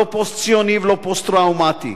לא פוסט-ציוני ולא פוסט-טראומטי.